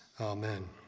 Amen